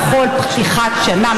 בכל פתיחת שנה,